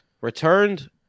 returned